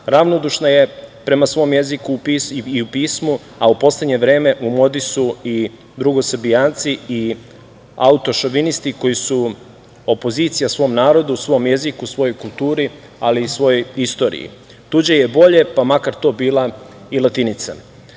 ravnodušna je prema svom jeziku i u pismu, a u poslednje vreme u modi su i „drugosrbijanci“ i autošovinisti koji su opozicija svom narodu, svom jeziku, svojoj kulturi, ali i svojoj istoriji. Tuđe je bolje, pa makar to bila i